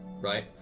Right